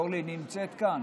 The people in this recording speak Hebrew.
אורלי נמצאת כאן?